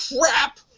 crap